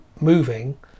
moving